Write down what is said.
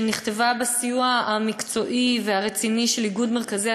שנכתבה בסיוע המקצועי והרציני של איגוד מרכזי